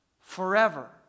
forever